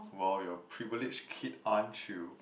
!wow! you're a privileged kid aren't you